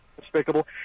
despicable